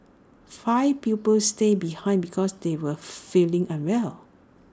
five pupils stayed behind because they were feeling unwell